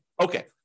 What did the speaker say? Okay